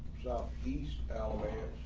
east alabama,